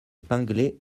pinglet